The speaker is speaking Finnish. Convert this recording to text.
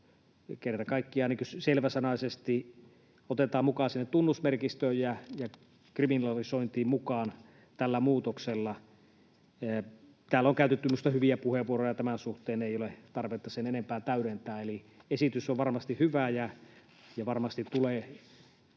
kerta kaikkiaan selväsanaisesti otetaan mukaan sinne tunnusmerkistöön ja kriminalisointiin tällä muutoksella. Täällä on käytetty minusta hyviä puheenvuoroja tämän suhteen. Ei ole tarvetta sen enempää täydentää, eli esitys on varmasti hyvä ja varmasti tulee